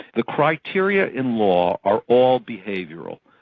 the criteria in law are all behavioural.